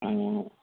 ம்